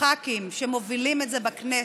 הח"כים שמובילים את זה בכנסת,